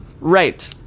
Right